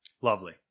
Lovely